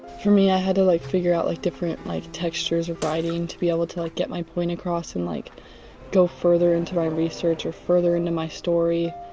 for me i had to like figure out like different like textures of writing to be able to like get my point across and like go further into my research or further into my story.